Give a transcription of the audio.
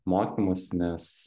mokymus nes